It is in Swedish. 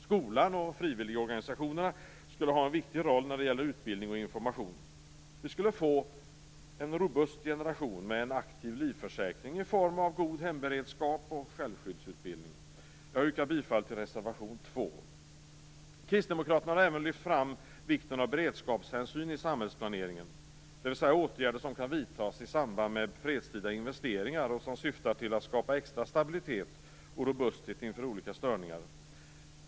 Skolan och frivilligorganisationerna skulle ha en viktig roll när det gäller utbildning och information. Vi skulle få en robust generation med en aktiv livförsäkring i form av god hemberedskap och självskyddsutbildning. Jag yrkar bifall till reservation 2. Kristdemokraterna här även lyft fram vikten av beredskapshänsyn i samhällsplaneringen, dvs. åtgärder som kan vidtas i samband med fredstida investeringar och som syftar till att skapa extra stabilitet och robusthet inför olika störningar.